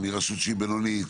מי רשות שהיא בינונית,